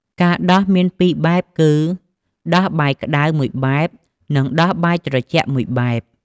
ការដោះមាន ២ បែបគឺ ដោះបាយក្តៅ ១ បែប និងដោះបាយត្រជាក់ ១ បែប។